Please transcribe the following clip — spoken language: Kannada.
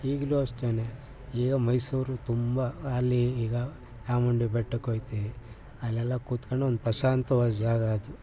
ಈಗಲೂ ಅಷ್ಟೆ ಈಗ ಮೈಸೂರು ತುಂಬ ಅಲ್ಲಿ ಈಗ ಚಾಮುಂಡಿ ಬೆಟ್ಟಕ್ಕೋಗ್ತೀವಿ ಅಲ್ಲೆಲ್ಲ ಕೂತ್ಕೊಂಡು ಒಂದು ಪ್ರಶಾಂತ್ವಾದ ಜಾಗ ಅದು